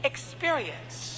experience